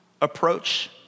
approach